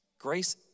Grace